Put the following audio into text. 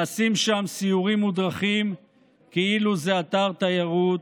נעשים שם סיורים מודרכים כאילו זה אתר תיירות,